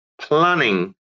planning